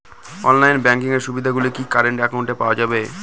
Online banking এর সুবিধে গুলি কি কারেন্ট অ্যাকাউন্টে পাওয়া যাবে?